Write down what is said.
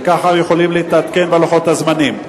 וככה יכולים להתעדכן בלוחות הזמנים.